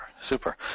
super